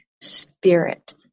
spirit